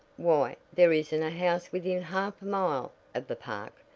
why, there isn't a house within half a mile of the park,